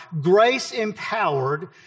grace-empowered